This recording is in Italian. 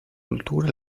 cultura